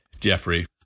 Jeffrey